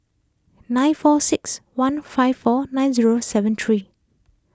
nine four six one five four nine zero seven three